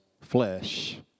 flesh